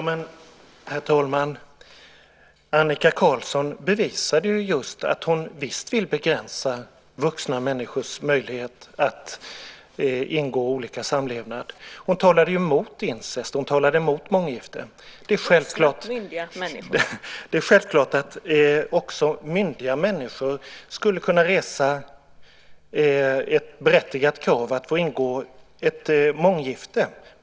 Herr talman! Annika Qarlsson bevisade just att hon visst vill begränsa vuxna människors möjlighet att ingå olika former av samlevnad. Hon talade mot incest och mot månggifte. : Det är fråga om vuxna myndiga människor.) Det är självklart att också myndiga människor skulle kunna resa det berättigade kravet att få ingå månggifte.